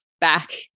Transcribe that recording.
back